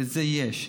ואת זה יש.